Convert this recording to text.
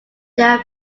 there